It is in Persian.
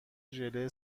ژله